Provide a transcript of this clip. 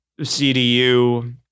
CDU